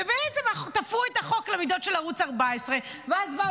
ובעצם תפרו את החוק למידות של ערוץ 14. ואז באו